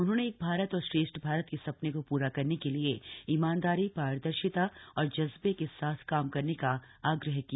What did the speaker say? उन्होंने एक भारत और श्रेष्ठ भारत के सपने को पूरा करने के लिए ईमानदारी पारदर्शिता और जज्बे के साथ काम करने का आग्रह किया